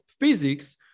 Physics